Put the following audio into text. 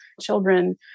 children